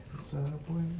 Subway